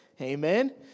Amen